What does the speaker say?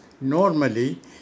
normally